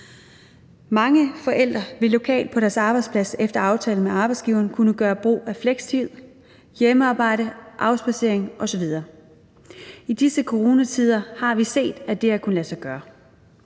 Mange forældre vil lokalt på deres arbejdsplads, efter aftale med arbejdsgiveren, kunne gøre brug af flekstid, hjemmearbejde, afspadsering osv. I disse coronatider har vi set, at det har kunnet lade sig gøre.